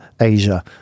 Asia